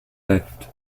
left